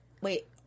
wait